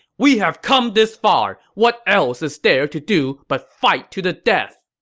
we have come this far! what else is there to do but fight to the death!